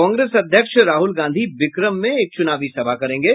कांग्रेस अध्यक्ष राहुल गांधी विक्रम में एक चूनावी सभा करेंगे